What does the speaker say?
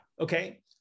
okay